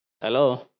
Hello